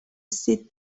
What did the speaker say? seat